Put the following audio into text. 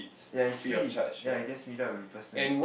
ya it's free ya you just meet up with the person